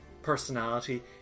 Personality